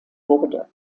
wurde